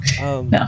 No